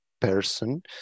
person